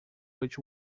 which